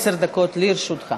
(תיקון, מענק ליורשי נפטר),